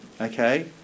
okay